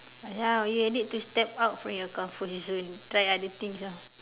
ya you need to step out from your comfort zone try other things lah